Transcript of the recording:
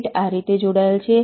gate આ રીતે જોડાયેલ છે